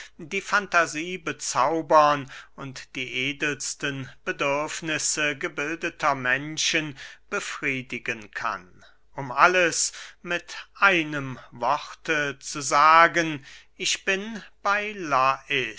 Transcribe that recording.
die fantasie bezaubern und die edelsten bedürfnisse gebildeter menschen befriedigen kann um alles mit einem worte zu sagen ich bin bey